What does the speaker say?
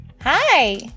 Hi